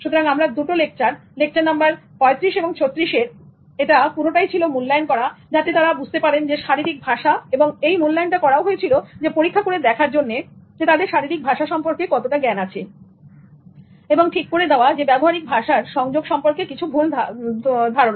সুতরাং আমরা দুটো লেকচার লেকচার নাম্বার 35 এবং 36 এর এটা পুরোটাই ছিল মূল্যায়ন করা যাতে করে তারা বুঝতে পারেন শারীরিক ভাষা এবং এই মূল্যায়নটা করা হয়েছিল পরীক্ষা করে দেখার জন্য তাদের শারীরিক ভাষা সম্পর্কে কতটা জ্ঞান আছে এবং ঠিক করে দেওয়া ব্যবহারিক ভাষার সংযোগ সম্পর্কে কিছু ভুল ধারণার